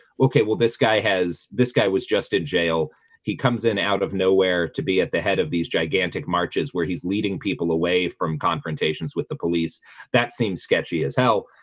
okay. well this guy has this guy was just in jail he comes in out of nowhere to be at the head of these gigantic marches where he's leading people away from confrontations with the police that seems sketchy as hell.